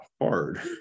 hard